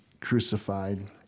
crucified